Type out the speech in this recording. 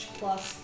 plus